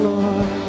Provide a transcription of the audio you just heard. Lord